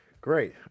great